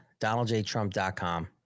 donaldjtrump.com